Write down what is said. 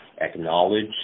acknowledge